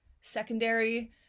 secondary